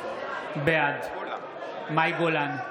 בעד מאי גולן,